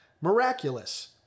miraculous